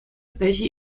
welche